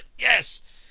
Yes